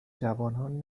جوانان